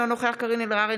אינו נוכח קארין אלהרר,